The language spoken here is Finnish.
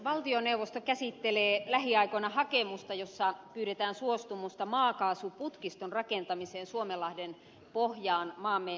valtioneuvosto käsittelee lähiaikoina hakemusta jossa pyydetään suostumusta maakaasuputkiston rakentamiseen suomenlahden pohjaan maamme talousvyöhykkeelle